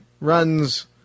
runs